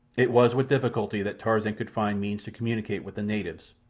it was with difficulty that tarzan could find means to communicate with the natives,